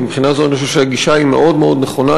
ומבחינה זו אני חושב שהגישה היא מאוד מאוד נכונה,